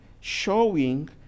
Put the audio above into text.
showing